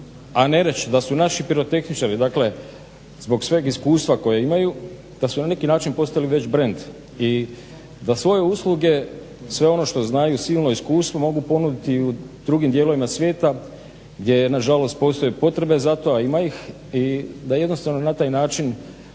a ne reć da su naši pirotehničar, dakle zbog sveg iskustva koje imaju da su na neki način postali već brend i da svoje usluge, sve ono što znaju, silno iskustvo mogu ponuditi i u drugim dijelovima svijeta gdje nažalost postoje potrebe za to, a ima ih. I da jednostavno na taj način,